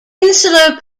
insular